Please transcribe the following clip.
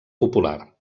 popular